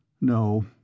No